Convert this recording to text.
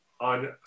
on